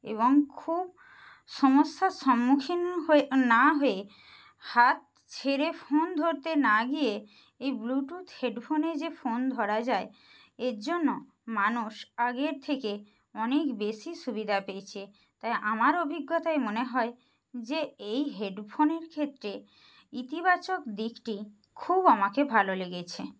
এবং খুব সমস্যার সম্মুখীন হয়ে না হয়ে হাত ছেড়ে ফোন ধরতে না গিয়ে এই ব্লুটুথ হেডফোনে যে ফোন ধরা যায় এর জন্য মানুষ আগের থেকে অনেক বেশি সুবিধা পেয়েছে তাই আমার অভিজ্ঞতায় মনে হয় যে এই হেডফোনের ক্ষেত্রে ইতিবাচক দিকটি খুব আমাকে ভালো লেগেছে